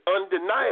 undeniable